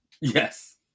Yes